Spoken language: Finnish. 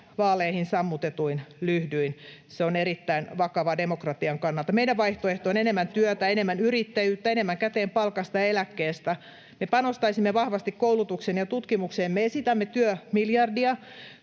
vaaleihin sammutetuin lyhdyin. Se on erittäin vakavaa demokratian kannalta. Meidän vaihtoehto on enemmän työtä, enemmän yrittäjyyttä, enemmän käteen palkasta ja eläkkeestä. Me panostaisimme vahvasti koulutukseen ja tutkimukseen. Me esitämme työmiljardia,